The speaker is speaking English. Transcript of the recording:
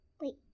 Wait